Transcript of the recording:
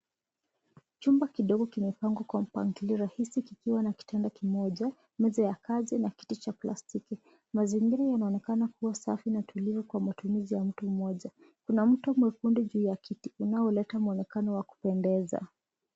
Chumba kidogo kimepangwa kwa mpangilio rahisi kikiwa na kitanda kimoja, meza ya kazi na kiti cha plastiki. Mazingira inaonekana kuwa safi na tulivu kwa matumizi ya mtu mmoja. Kuna mto mwekundu juu ya kiti unaoleta muonekano wa kupendeza.